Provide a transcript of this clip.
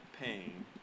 pain